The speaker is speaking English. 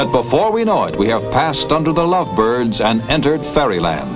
that before we know it we have passed on to the love birds and entered fairyland